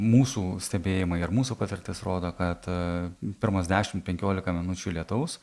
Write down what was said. mūsų stebėjimai ir mūsų patirtis rodo kad pirmos dešim penkiolika minučių lietaus